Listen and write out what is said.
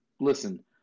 listen